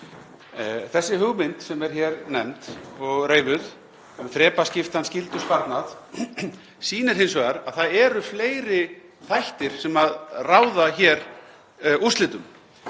Þessi hugmynd sem er hér nefnd og reifuð, um þrepaskiptan skyldusparnað, sýnir hins vegar að það eru fleiri þættir sem ráða hér úrslitum.